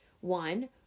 One